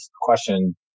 question